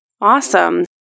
Awesome